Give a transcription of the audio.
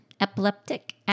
Epileptic